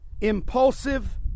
impulsive